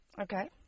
Okay